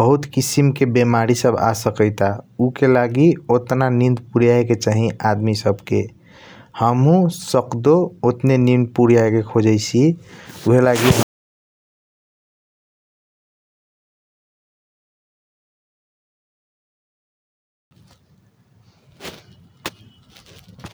बहुत किसिम के बेमरी सब आ सकाइट बा उके लागि ओटना नींद पुरीयके चाही आदमी सब के हमहू सक्दो ओटने नींद पूरिया के । खोजईसी उहएलगी ।